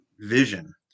vision